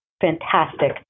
fantastic